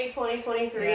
2023